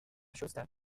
schuster